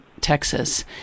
Texas